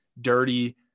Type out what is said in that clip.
dirty